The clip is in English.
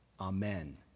Amen